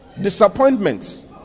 disappointments